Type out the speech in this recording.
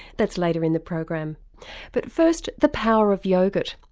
that's later in the program but first the power of yoghurt,